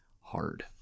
hard